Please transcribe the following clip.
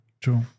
True